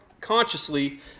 consciously